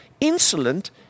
insolent